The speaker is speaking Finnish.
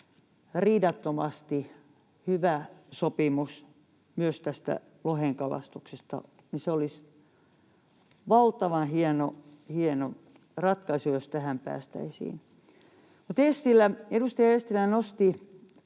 riidattomasti hyvä sopimus myös tästä lohenkalastuksesta, niin se olisi valtavan hieno ratkaisu, jos tähän päästäisiin. Mutta edustaja Eestilä nosti